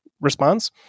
response